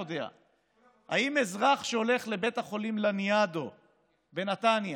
אם אזרח שהולך לבית החולים לניאדו בנתניה